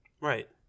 right